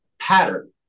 pattern